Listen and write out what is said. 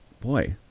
Boy